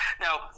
Now